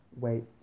wait